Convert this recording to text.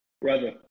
brother